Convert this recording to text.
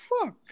fuck